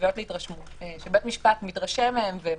שבית משפט מתרשם מהן ומחליט.